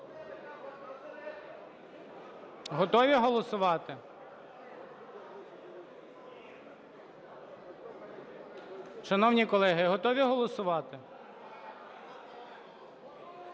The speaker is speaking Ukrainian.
Готові голосувати? Шановні колеги, готові голосувати?